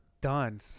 done